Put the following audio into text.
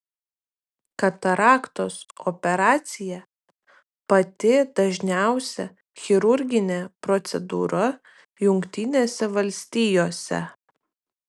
kataraktos operacija pati dažniausia chirurginė procedūra jungtinėse valstijose